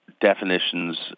definitions